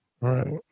Right